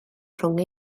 rhwng